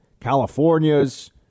California's